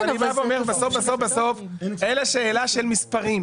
אז אני בא ואומר, בסוף בסוף אלה שאלה של מספרים.